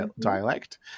dialect